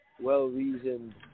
well-reasoned